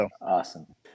Awesome